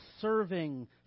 serving